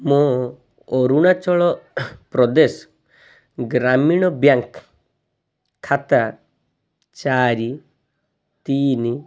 ମୋ ଅରୁଣାଚଳ ପ୍ରଦେଶ ଗ୍ରାମୀଣ ବ୍ୟାଙ୍କ୍ ଖାତା ଚାରି ତିନି